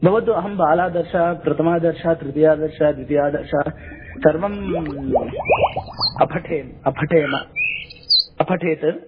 भवतु अहं बालादर्शः प्रथमादर्शः तृतीयादर्शः द्वितीयादर्शः सर्वं अपठे अपठेम अपठेत्